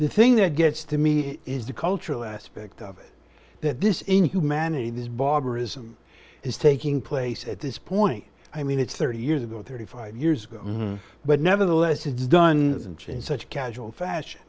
the thing that gets to me is the cultural aspect of it that this inhumanity this barbarism is taking place at this point i mean it's thirty years ago thirty five years ago but nevertheless it's done in such casual fashion